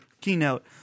keynote